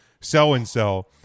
so-and-so